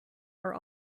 are